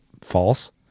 false